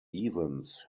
evans